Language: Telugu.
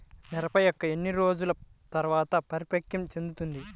మిరప మొక్క ఎన్ని రోజుల తర్వాత పరిపక్వం చెందుతుంది?